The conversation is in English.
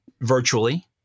virtually